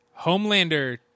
Homelander